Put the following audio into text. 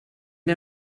der